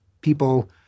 people